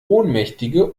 ohnmächtige